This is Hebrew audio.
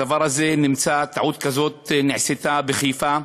הדבר הזה נמצא, טעות כזאת נעשתה בחיפה.